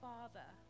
Father